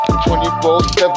24/7